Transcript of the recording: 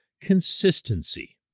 consistency